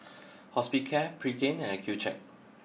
Hospicare Pregain and Accucheck